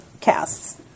casts